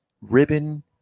ribbon